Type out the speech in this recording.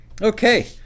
Okay